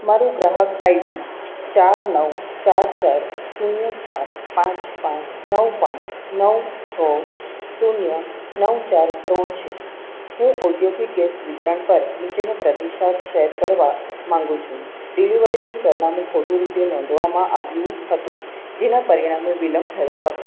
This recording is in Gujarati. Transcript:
મારું ગ્રાહક આઈડી ચાર નવ ચાર ચાર શૂન્ય સાત પાંચ પાંચ નવ પાંચ નવ છ શૂન્ય નવ ચાર ત્રણ છે હું ઔદ્યોગિક ગેસ વિતરણ પર નીચેનો પ્રતિસાદ શેર કરવા માગું છું ડિલિવરીનું સરનામું ખોટું રીતે નોંધવામાં આવ્યું હતું જેનાં પરિણામે વિલંબ થયો હતો